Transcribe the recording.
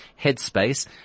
headspace